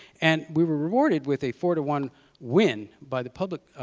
and we were rewarded with a four to one win by the public,